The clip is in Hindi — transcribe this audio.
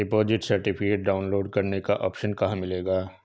डिपॉजिट सर्टिफिकेट डाउनलोड करने का ऑप्शन कहां मिलेगा?